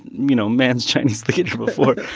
you know, mann's chinese theater before.